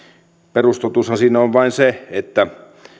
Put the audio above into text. perustotuushan siinä on vain se että